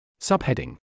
Subheading